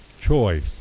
choice